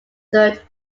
third